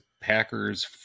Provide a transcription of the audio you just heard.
Packers